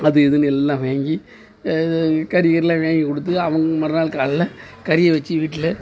அது இதுன்னு எல்லாம் வாங்கி கறிக்கிறிலாம் வாங்கிக்கொடுத்து அவங்க மறுநாள் காலையில் கறியை வச்சு வீட்டில்